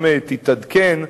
אם תתעדכן,